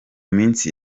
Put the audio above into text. minsi